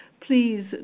Please